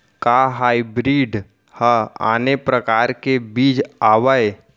का हाइब्रिड हा आने परकार के बीज आवय?